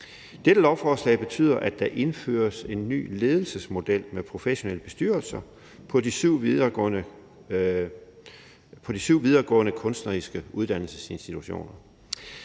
Dette lovforslag betyder, at der indføres en ny ledelsesmodel med professionelle bestyrelser på de syv videregående kunstneriske uddannelsesinstitutioner.